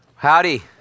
Howdy